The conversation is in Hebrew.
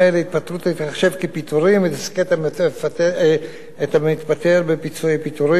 התפטרות תיחשב כפיטורים ותזכה את המתפטר בפיצויי פיטורים.